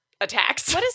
Attacks